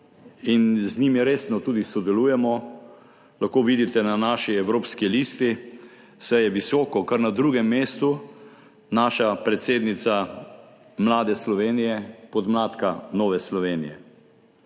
in z njimi resno tudi sodelujemo, lahko vidite na naši evropski listi, saj je visoko, kar na drugem mestu, naša predsednica Mlade Slovenije, podmladka Nove Slovenije.